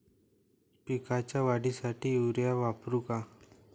पिकाच्या वाढीसाठी युरिया वापरू का?